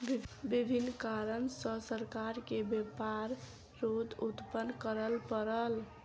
विभिन्न कारण सॅ सरकार के व्यापार रोध उत्पन्न करअ पड़ल